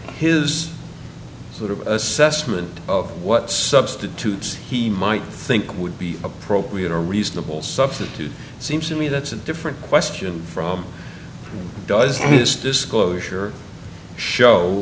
his sort of assessment of what substitutes he might think would be appropriate or reasonable substitute seems to me that's a different question from does this disclosure show